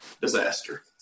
disaster